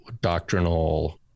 doctrinal